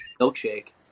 milkshake